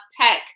tech